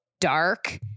dark